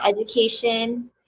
education